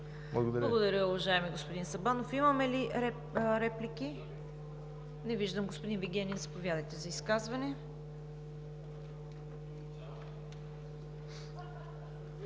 Благодаря Ви, уважаеми господин Сабанов. Имаме ли реплики? Не виждам. Господин Вигенин, заповядайте за изказване.